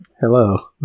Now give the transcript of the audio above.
Hello